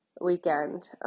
weekend